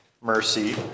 mercy